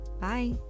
Bye